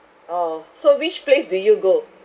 orh so which place do you go